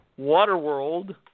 Waterworld